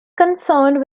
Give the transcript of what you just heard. concerned